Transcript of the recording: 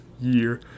year